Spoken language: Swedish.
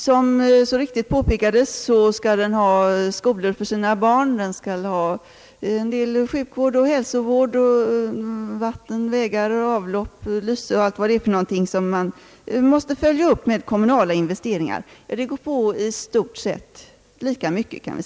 Som så riktigt påpekats, skall den ha skolor för sina barn, sjukvård och hälsovård, vatten, vägar, avlopp, lyse och alit vad det är i form av kommunala investeringar. Det går på i stort sett lika mycket som bostaden.